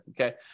okay